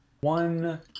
one